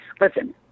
listen